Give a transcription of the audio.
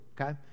Okay